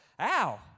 ow